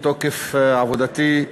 מתוקף עבודתי,